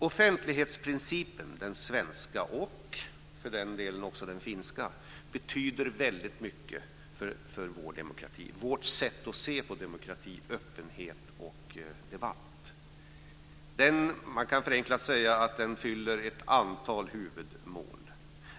Offentlighetsprincipen, den svenska och för den delen också den finska, betyder väldigt mycket för vår demokrati, för vårt sätt att se på demokrati, öppenhet och debatt. Man kan förenklat säga att den uppfyller ett antal huvudmål.